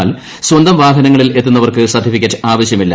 എന്നാൽ സ്വന്തം വാഹ്രന്നങ്ങളിൽ എത്തുന്നവർക്ക് സർട്ടിഫിക്കറ്റ് ആവശ്യമില്ല